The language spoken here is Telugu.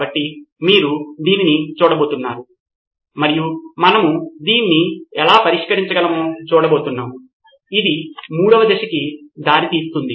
కాబట్టి మీరు దీనిని చూడబోతున్నారు మరియు మనము దీన్ని ఎలా పరిష్కరించగలమో చూడబోతున్నాం ఇది మూడవ దశకు దారి తీస్తుంది